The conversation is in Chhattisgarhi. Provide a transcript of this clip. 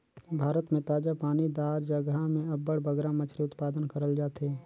भारत में ताजा पानी दार जगहा में अब्बड़ बगरा मछरी उत्पादन करल जाथे